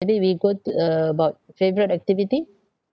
maybe we go to uh about favourite activity